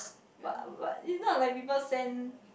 but but is not like people send